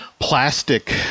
plastic